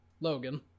Logan